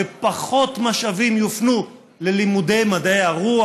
ופחות משאבים יופנו ללימודי מדעי הרוח,